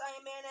amen